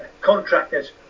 contractors